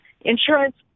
insurance